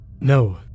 No